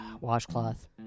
Washcloth